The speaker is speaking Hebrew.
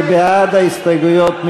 מי בעד ההסתייגויות?